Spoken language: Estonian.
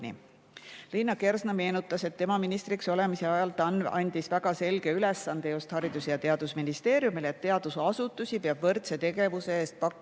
Liina Kersna meenutas, et tema ministriks olemise ajal TAN andis väga selge ülesande Haridus- ja Teadusministeeriumile, et teadusasutusi peab võrdse tegevuse korral